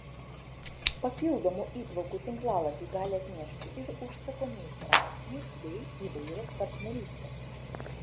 papildomų įplaukų tinklalapiui gali atnešti ir užsakomieji straipsniai bei įvairios partnerystės